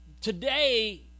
today